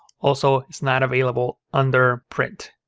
also, it's not available under print.